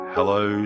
Hello